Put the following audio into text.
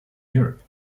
europe